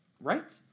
right